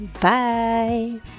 bye